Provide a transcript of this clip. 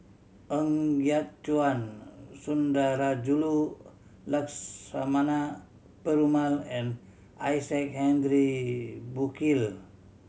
Ng Yat Chuan Sundarajulu Lakshmana Perumal and Isaac Henry Burkill